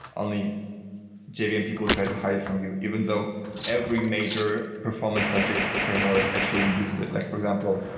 only jvm yeah people try to hide it from you, even though every major performance centric framework actually uses it. like for example,